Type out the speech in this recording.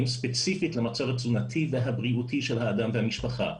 ספציפית למצב התזונתי והבריאותי של האדם והמשפחה.